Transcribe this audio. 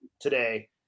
today